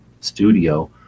studio